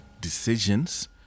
decisions